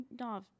no